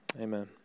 amen